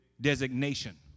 designation